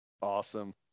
Awesome